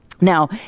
Now